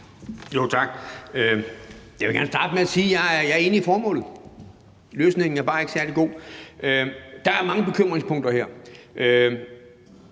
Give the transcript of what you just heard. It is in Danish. Tak. Jeg vil gerne starte med at sige, at jeg er enig i formålet; løsningen er bare ikke særlig god. Der er mange bekymringspunkter her.